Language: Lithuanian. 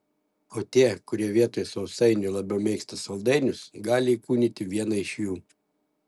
o tie kurie vietoj sausainių labiau mėgsta saldainius gali įkūnyti vieną iš jų